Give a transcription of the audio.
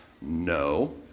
no